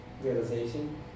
realization